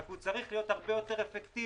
רק הוא צריך להיות הרבה יותר אפקטיבי.